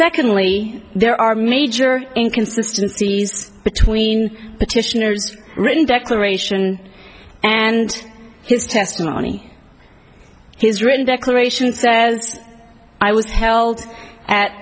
secondly there are major inconsistency between petitioner's written declaration and his testimony his written declaration says i was held at